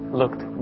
looked